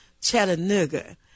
Chattanooga